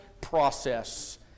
process